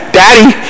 daddy